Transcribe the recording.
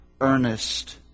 earnest